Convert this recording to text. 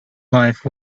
life